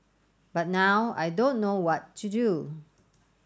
but now I don't know what to do